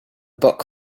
book